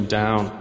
down